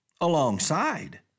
Alongside